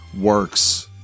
works